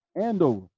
Andover